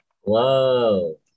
whoa